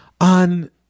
on